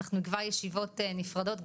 אנחנו נקבע ישיבות נפרדות,